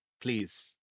Please